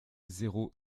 zéro